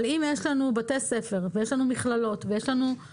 אבל אם יש לנו בתי ספר ויש לנו מכללות ואוניברסיטאות,